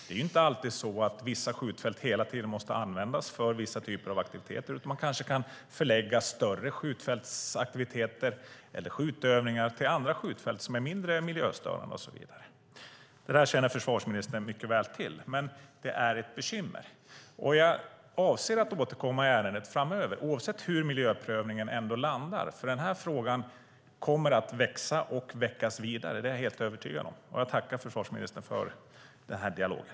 Det är inte alltid så att vissa skjutfält hela tiden måste användas för vissa typer av aktiviteter, utan man kanske förlägga större skjutövningar till andra skjutfält som är mindre miljöstörande. Det där bekymret känner försvarsministern mycket väl till. Jag avser att återkomma i ärendet framöver, oavsett hur miljöprövningen landar. Den här frågan kommer att växa och väckas vidare. Det är jag helt övertygad om. Jag tackar försvarsministern för den här dialogen.